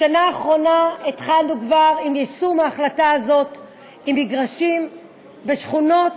בשנה האחרונה התחלנו כבר ביישום ההחלטה הזאת עם מגרשים בשכונות,